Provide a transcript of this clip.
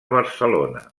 barcelona